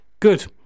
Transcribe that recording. Good